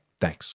Thanks